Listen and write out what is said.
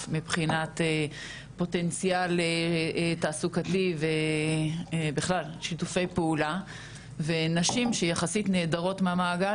מבחינת פוטנציאל לתעסוקתי ובכלל שיתופי פעולה ונשים שיחסית נעדרות מהמעגל